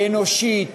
היא אנושית,